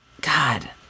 God